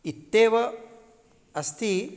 इत्येव अस्ति